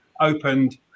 opened